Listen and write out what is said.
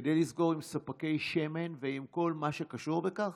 כדי לסגור עם ספקי שמן ועם כל מה שקשור בכך.